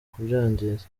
kubyangiza